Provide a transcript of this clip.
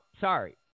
sorry